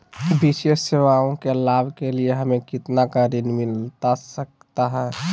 विशेष सेवाओं के लाभ के लिए हमें कितना का ऋण मिलता सकता है?